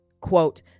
quote